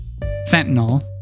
fentanyl